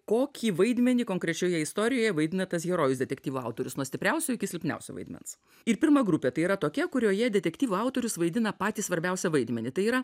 kokį vaidmenį konkrečioje istorijoje vaidina tas herojus detektyvų autorius nuo stipriausio iki silpniausio vaidmens ir pirma grupė tai yra tokia kurioje detektyvų autorius vaidina patį svarbiausią vaidmenį tai yra